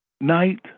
night